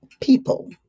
people